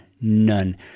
None